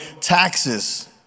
taxes